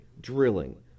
drilling